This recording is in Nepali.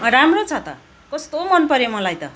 राम्रो छ त कस्तो मनपऱ्यो मलाई त